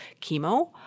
chemo